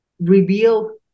reveal